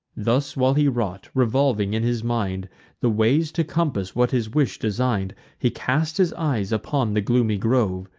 thus while he wrought, revolving in his mind the ways to compass what his wish design'd, he cast his eyes upon the gloomy grove,